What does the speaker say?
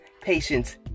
patience